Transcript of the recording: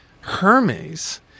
Hermes